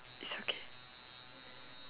it's okay